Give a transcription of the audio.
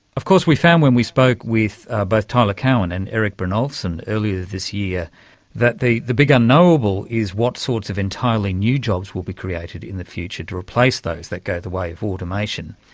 of course we found when we spoke with both tyler cowen and erik brynjolfsson this year that the the big unknowable is what sorts of entirely new jobs will be created in the future to replace those that go the way of automation.